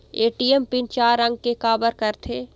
ATM PIN चार अंक के का बर करथे?